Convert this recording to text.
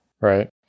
right